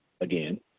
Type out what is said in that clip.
again